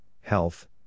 health